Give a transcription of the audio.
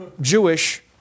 Jewish